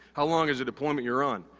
how long is the deployment you're on?